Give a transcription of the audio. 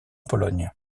pologne